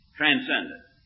transcendent